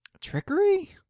Trickery